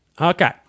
Okay